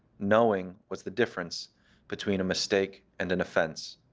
knowing what's the difference between a mistake and an offense.